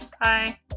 Bye